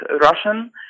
Russian